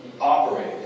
operate